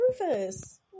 Rufus